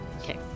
Okay